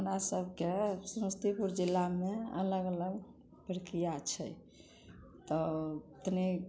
हमरा सबके समस्तीपुर जिलामे अलग अलग प्रक्रिआ छै तऽ अपने